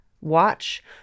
watch